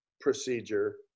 procedure